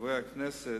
חברי הכנסת,